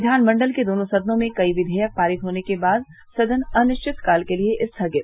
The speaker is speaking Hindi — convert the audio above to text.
विधानमंडल के दोनों सदनों में कई विधेयक पारित होने के बाद सदन अनिश्चितकाल के लिए स्थगित